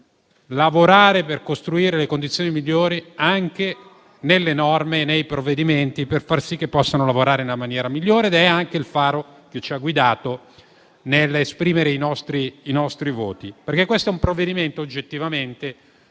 lavorare per costruire le condizioni migliori anche nelle norme e nei provvedimenti per far sì che possano lavorare nella maniera migliore. È questo il faro che ci ha guidati nell'esprimere i nostri voti. Questo è un provvedimento che oggettivamente